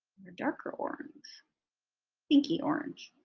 or darker orange, or pinky-orange.